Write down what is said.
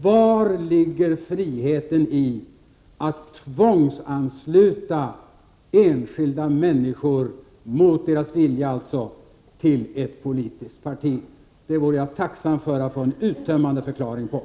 Var ligger friheten i att tvångsansluta enskilda människor — alltså mot deras vilja — till ett politiskt parti? Det vore jag tacksam att få en uttömmande förklaring till.